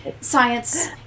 science